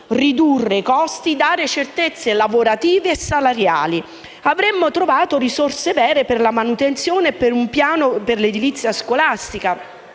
ridurre i costi e dare certezze lavorative e salariali. Avremmo inoltre trovato risorse effettive per la manutenzione e per realizzare un piano per l'edilizia scolastica.